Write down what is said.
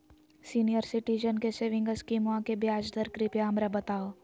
senior citizen के saving स्कीमवा के ब्याज दर कृपया हमरा बताहो